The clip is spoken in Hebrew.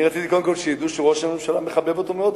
רציתי שידעו שראש הממשלה מחבב אותו מאוד.